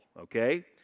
okay